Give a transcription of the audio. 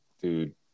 Dude